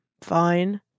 fine